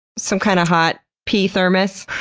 some kind of hot pee thermos?